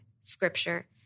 scripture